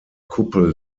kuppel